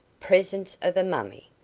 presence of a mummy.